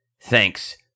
Thanks